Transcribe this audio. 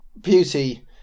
beauty